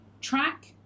track